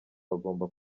bagomba